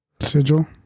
Sigil